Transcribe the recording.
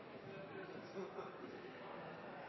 president, å